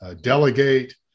Delegate